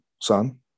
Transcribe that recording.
son